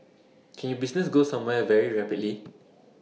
can your business go somewhere very rapidly